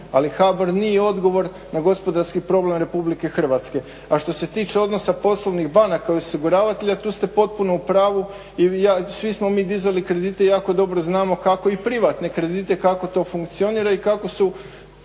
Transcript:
Ali HBOR nije odgovor na gospodarski problem Republike Hrvatske. A što se tiče odnosa poslovnih banaka kao osiguravatelja tu ste potpuno u pravu i svi smo mi dizali kredite jako dobro znamo kako, i privatne kredite, kako to funkcionira i kako se